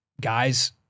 guys